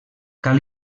cal